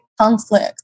conflict